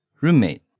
Roommate